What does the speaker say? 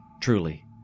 truly